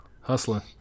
hustling